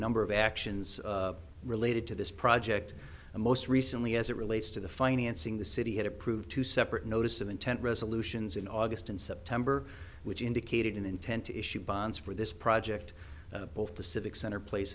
number of actions related to this project and most recently as it relates to the financing the city had approved two separate notice of intent resolutions in august and september which indicated an intent to issue bonds for this project both the civic center place